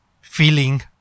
feeling